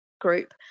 group